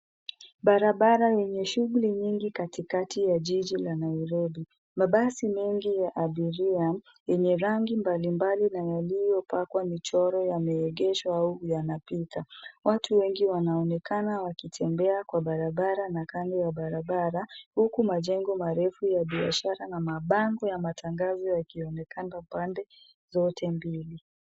Barabara yenye shughuli nyingi katikatinya jiji la Nairobi. Mabasi mengi ya abiria yenye rangi mbalimbali na yaliyopakwa michoro yameegeshwa au yanapita .Watu wengi wanaonekana wakitembea kwa barabara na kando ya barabara huku majengo marefu ya biashara na mabango ya matangazo yakionekana pande zote mbili.